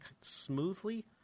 smoothly